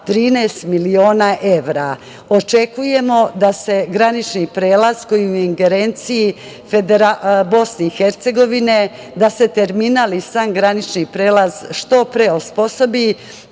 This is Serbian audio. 13 miliona evra. Očekujemo da se granični prelaz koji je u ingerenciji BiH da se termin i sam granični prelaz što pre osposobi,